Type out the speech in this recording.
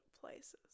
places